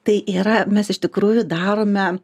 tai yra mes iš tikrųjų darome